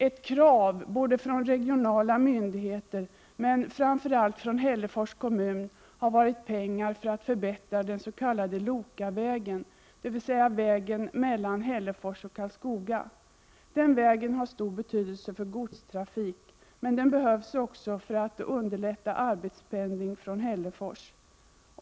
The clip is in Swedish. Ett krav både från regionala myndigheter, men framför allt från Hällefors kommun, har varit pengar för att förbättra den s.k. Lokavägen, dvs. vägen mellan Hällefors och Karlskoga. Den vägen har stor betydelse för godstrafik och behövs också för att underlätta arbetspendling från Hällefors.